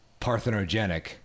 Parthenogenic